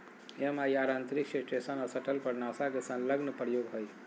MIR अंतरिक्ष station और shuttle पर नासा के संलग्न प्रयोग हइ